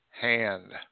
hand